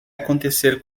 acontecer